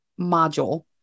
module